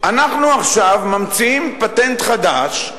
אנחנו עכשיו ממציאים פטנט חדש,